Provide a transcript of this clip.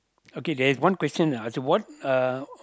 okay there's one question that I ask you what uh